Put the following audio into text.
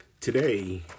Today